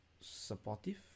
supportive